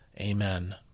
Amen